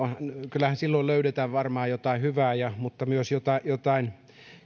kyllähän silloin löydetään varmaan jotain hyvää mutta myös jotain